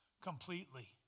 completely